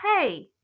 hey